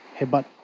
hebat